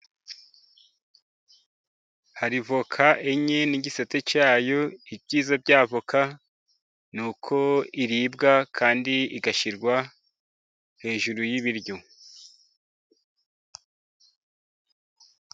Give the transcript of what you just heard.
Hari avoka enye n 'igisate cyayo . Ibyiza bya avoka ni uko iribwa kandi igashyirwa hejuru y'ibiryo.